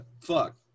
Fuck